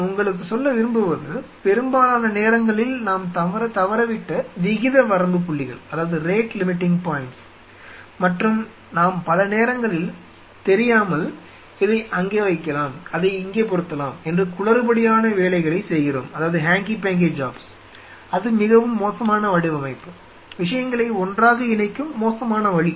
நான் உங்களுக்குச் சொல்ல விரும்புவது பெரும்பாலான நேரங்களில் நாம் தவறவிட்ட விகித வரம்பு புள்ளிகள் மற்றும் நாம் பல நேரங்களில் தெரியாமல் இதை அங்கே வைக்கலாம் அதை இங்கே பொருத்தலாம் என்று குளறுபடியான வேலைகளைச் செய்கிறோம் அது மிகவும் மோசமான வடிவமைப்பு விஷயங்களை ஒன்றாக இணைக்கும் மோசமான வழி